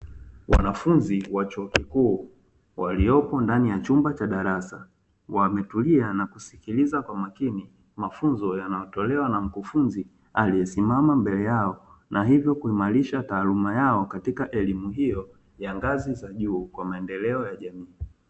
Wanafunzi wa chuo kikuu waliopo ndani ya chumba cha darasa wametulia na kusikiliza kwa makini mafunzo yanayotolewa na mkufunzi, aliyesimama mbele yao na hivyo kuimarisha taaluma yao katika elimu hiyo za ngazi za juu kwa maendeleo ya jamii.